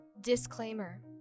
Disclaimer